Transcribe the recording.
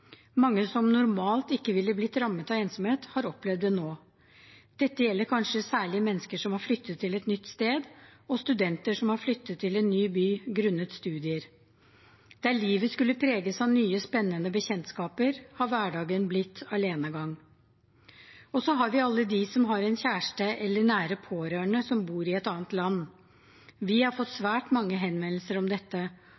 Mange som normalt ikke ville blitt rammet av ensomhet, har opplevd det nå. Dette gjelder kanskje særlig mennesker som har flyttet til et nytt sted, og studenter som har flyttet til en ny by grunnet studier. Der livet skulle preges av nye spennende bekjentskaper, har hverdagen blitt alenegang. Så har vi alle dem som har en kjæreste eller nære pårørende som bor i et annet land. Vi har fått